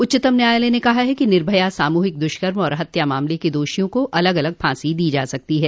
उच्चतम न्यायालय ने कहा है कि निर्भया सामूहिक दुष्कर्म और हत्या मामले के दोषियों को अलग अलग फांसी दी जा सकती है